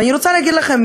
ואני רוצה להגיד לכם,